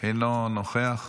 אינו נוכח.